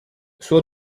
suo